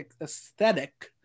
aesthetic